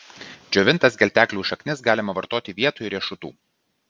džiovintas gelteklių šaknis galima vartoti vietoj riešutų